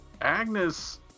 Agnes